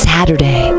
Saturday